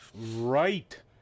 Right